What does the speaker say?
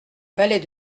valet